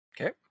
Okay